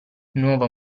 nuova